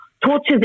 tortures